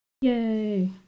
Yay